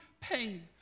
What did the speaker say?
Pain